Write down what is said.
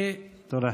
תודה.